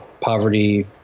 poverty